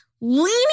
Leaning